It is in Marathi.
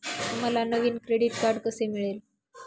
मला नवीन क्रेडिट कार्ड कसे मिळेल?